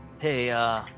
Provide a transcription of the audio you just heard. Hey